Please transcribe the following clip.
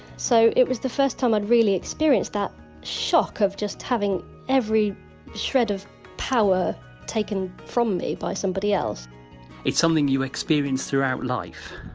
so, it was the first time i'd really experienced that shock of just having every shred of power taken from me by somebody else it's something you experience throughout life,